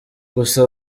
gusa